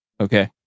okay